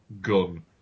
gun